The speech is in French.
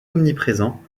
omniprésents